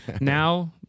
now